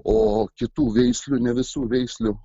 o kitų veislių ne visų veislių